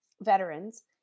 veterans